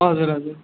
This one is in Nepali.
हजुर हजुर